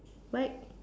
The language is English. right